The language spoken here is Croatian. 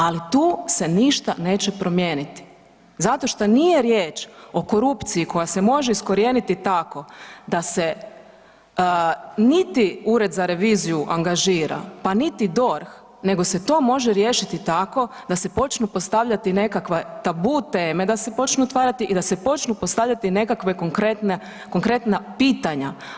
Ali tu se ništa neće promijeniti, zato što nije riječ o korupciji koja se može iskorijeniti tako da se niti Ured za reviziju angažira pa niti DORH nego se to može riješiti tako da se počnu postavljati nekakve tabu teme da se počnu otvarati i da počnu postavljati nekakve konkretna pitanja.